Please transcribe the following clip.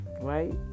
Right